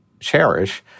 cherish